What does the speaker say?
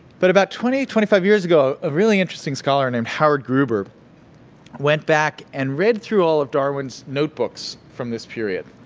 but about twenty, twenty five year ago, a really interesting scholar named howard gruber went back and read through all of darwin's notebooks from this period.